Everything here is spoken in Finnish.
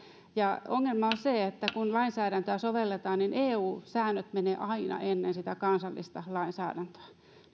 ja ongelma on se että kun lainsäädäntöä sovelletaan niin eu säännöt menevät aina ennen sitä kansallista lainsäädäntöä ja